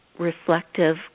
reflective